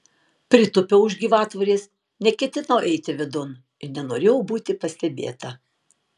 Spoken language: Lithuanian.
pritūpiau už gyvatvorės neketinau eiti vidun ir nenorėjau būti pastebėta